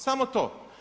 Samo to.